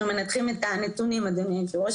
מנתחים את הנתונים אדוני היושב ראש,